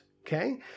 okay